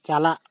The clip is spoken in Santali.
ᱪᱟᱞᱟᱜ